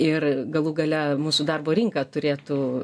ir galų gale mūsų darbo rinka turėtų